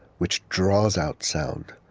which draws out sound,